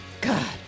God